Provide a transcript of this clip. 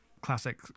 classic